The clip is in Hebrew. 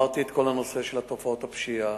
דיברתי על כל נושא תופעות הפשיעה,